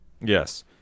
Yes